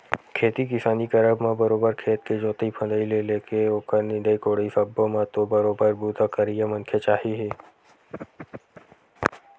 खेती किसानी करब म बरोबर खेत के जोंतई फंदई ले लेके ओखर निंदई कोड़ई सब्बो म तो बरोबर बूता करइया मनखे चाही ही